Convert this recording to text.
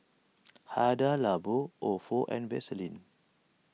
Hada Labo Ofo and Vaseline